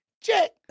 check